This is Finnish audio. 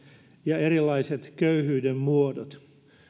ja erilaiset köyhyyden muodot voivat johtaa velkaantumiseen